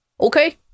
Okay